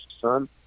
son